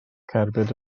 cerbyd